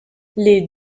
les